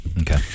Okay